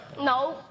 No